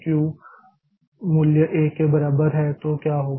Q मूल्य 1 के बराबर है तो क्या होगा